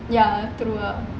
ya true ah